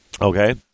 Okay